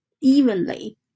evenly